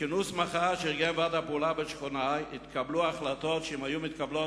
בכינוס מחאה שארגן ועד הפעולה בשכונה התקבלו החלטות שאם היו מתקבלות